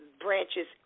branches